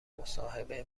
مصاحبه